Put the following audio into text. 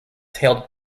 tailed